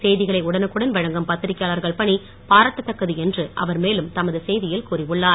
செய்திகளை உடனுக்குடன் வழங்கும் பத்திரிக்கையாளர்கள் பணி பாராட்டத்தக்கது என்று அவர் மேலும் தமது செய்தியில் கூறியுள்ளார்